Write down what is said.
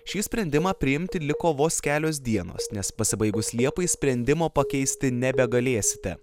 šį sprendimą priimti liko vos kelios dienos nes pasibaigus liepai sprendimo pakeisti nebegalėsite